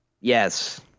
Yes